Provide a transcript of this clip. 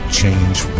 change